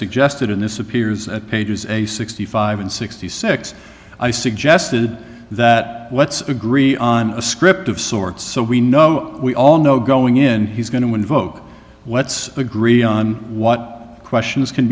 suggested in this appears at pages a sixty five and sixty six i suggested that let's agree on a script of sorts so we know we all know going in he's going to invoke what's agree on what questions can